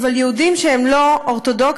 אבל יהודים שהם לא אורתודוקסים,